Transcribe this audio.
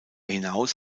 hinaus